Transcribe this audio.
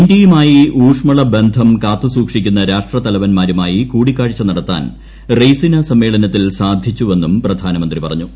ഇന്ത്യയുമായി ഊഷ്മളബന്ധം കാത്തുസൂക്ഷിക്കുന്ന രാഷ്ട്രത്തലവൻമാരുമായി കൂടിക്കാഴ്ച നടത്താൻ റെയ്സിനാ സമ്മേളനത്തിൽ സാധിച്ചുവെന്നും പ്രധാനമന്ത്രി പറഞ്ഞു